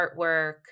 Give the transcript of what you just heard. artwork